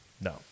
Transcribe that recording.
no